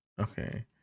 okay